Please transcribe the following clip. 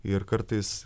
ir kartais